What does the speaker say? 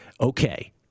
Okay